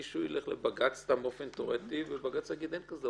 האם מישהו ילך לבג"ץ סתם באופן תיאורטי ובג"ץ יגיד: אין דבר כזה,